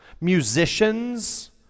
musicians